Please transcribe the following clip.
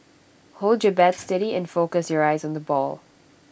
hold your bat steady and focus your eyes on the ball